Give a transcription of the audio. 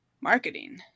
marketing